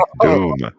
Doom